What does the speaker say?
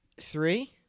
three